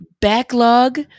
backlog